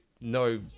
no